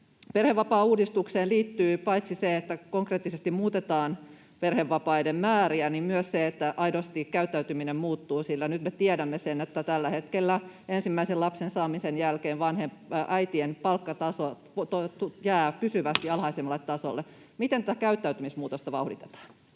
Perhevapaauudistukseen liittyy paitsi se, että konkreettisesti muutetaan perhevapaiden määriä, myös se, että aidosti käyttäytyminen muuttuu, sillä nyt me tiedämme sen, että tällä hetkellä ensimmäisen lapsen saamisen jälkeen äitien palkkataso jää pysyvästi alhaisemmalle tasolle. Miten tätä käyttäytymismuutosta vauhditetaan?